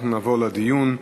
אנחנו נעבור לדיון.